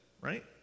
Right